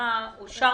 שהתקיימה אושר